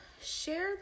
share